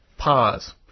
pause